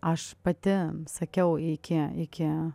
aš pati sakiau iki iki